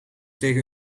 tegen